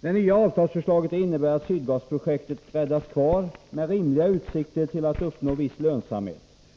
Det nya avtalsförslaget innebär att Sydgasprojektet räddas kvar med rimliga utsikter att uppnå en viss lönsamhet.